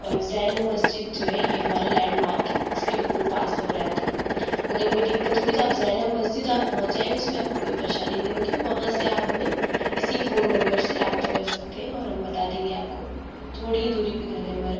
اور زینب مسجد جو ہے یہ ہمارا لینڈ مارک ہے اس کے بالکل پاس میں رہتے ہیں اگر کوئی دقت ہوگی تو آپ زینب مسجد آپ پہنچ جائیں گے اس میں آپ کو کوئی پریشانی نہیں ہوگی وہاں سے آپ ہمیں اسی فون نمبر سے رابطہ کر سکتے ہیں اور ہم بتا دیں گے آپ کو تھوڑی ہی دوری پہ گھر ہے ہمارا